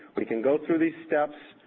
we can go through these steps,